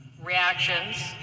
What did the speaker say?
reactions